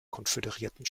konföderierten